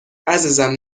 عزیزم